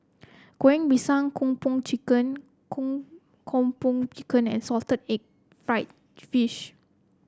Goreng Pisang Kung Po Chicken Kung Po Chicken and Salted Egg fried fish